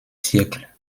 siècles